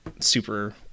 super